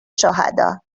شهداء